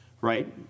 right